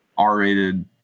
R-rated